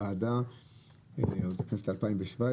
עוד מ-2017,